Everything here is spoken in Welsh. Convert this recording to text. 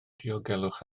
diogelwch